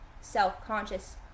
self-conscious